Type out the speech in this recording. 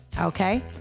Okay